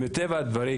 מטבע הדברים,